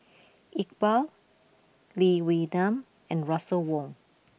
Iqbal Lee Wee Nam and Russel Wong